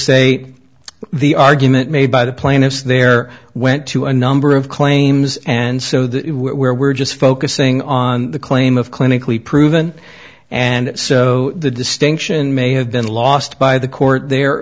say the argument made by the plaintiffs there went to a number of claims and so that where we're just focusing on the claim of clinically proven and so the distinction may have been lost by the court there